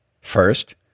First